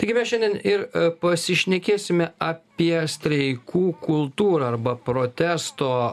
taigi mes šiandien ir pasišnekėsime apie streikų kultūrą arba protesto